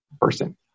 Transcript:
person